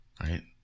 right